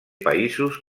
països